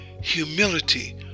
humility